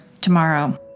tomorrow